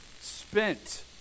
spent